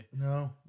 No